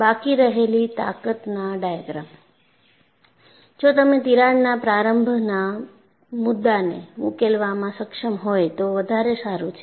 બાકી રહેલી તાકતના ડાયાગ્રામ જો તમે તિરાડના પ્રારંભના મુદ્દાને ઉકેલવામાં સક્ષમ હોય તો વધારે સારું છે